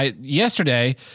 Yesterday